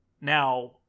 Now